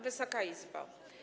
Wysoka Izbo!